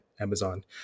Amazon